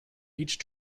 each